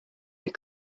but